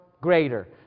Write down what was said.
greater